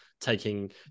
taking